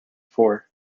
four